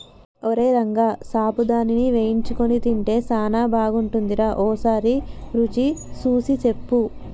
ఓరై రంగ సాబుదానాని వేయించుకొని తింటే సానా బాగుంటుందిరా ఓసారి రుచి సూసి సెప్పు